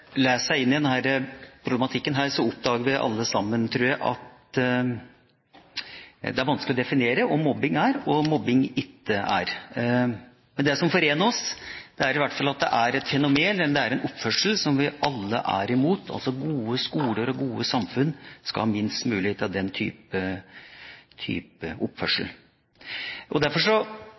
leser seg inn i denne problematikken, oppdager vi alle sammen, tror jeg, at det er vanskelig å definere hva mobbing er, og hva mobbing ikke er. Men det som forener oss, er i hvert fall at det er et fenomen, en oppførsel som vi alle er imot. Gode skoler og gode samfunn skal ha minst mulig av den typen oppførsel. Derfor foregår det også mye godt arbeid i skoler og